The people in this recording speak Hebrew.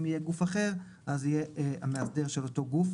אם יהיה גוף אחר אז זה יהיה המאסדר של אותו הגוף.